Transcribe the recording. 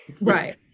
right